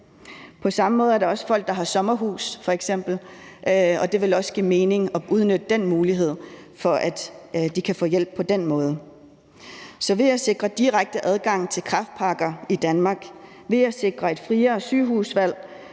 På samme måde er der f.eks. også folk, der har sommerhus, og det vil også give mening at udnytte den mulighed, for at de kan få hjælp på den måde. Så ved at sikre direkte adgang til nye kræftpakker i Danmark, ved at sikre et friere sygehusvalg